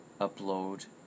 upload